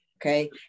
Okay